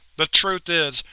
the truth is,